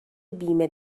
بیمه